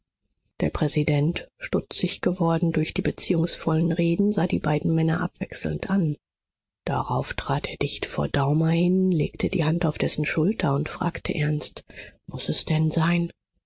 der präsident stutzig geworden durch die beziehungsvollen reden sah die beiden männer abwechselnd an darauf trat er dicht vor daumer hin legte die hand auf dessen schulter und fragte ernst muß es denn sein